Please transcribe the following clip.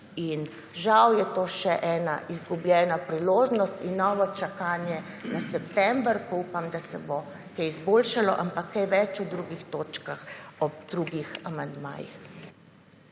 In žal je to še ena izgubljena priložnost in novo čakanje na september, ko upam, da se bo kaj izboljšalo, ampak kaj v drugih točkah ob drugih amandmajih.